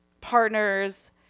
partner's